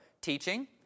teaching